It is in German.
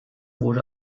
wurde